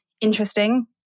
interesting